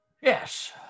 Yes